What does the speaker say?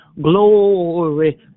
glory